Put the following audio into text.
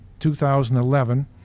2011